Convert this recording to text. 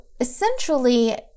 Essentially